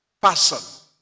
person